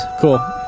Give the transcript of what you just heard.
Cool